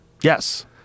yes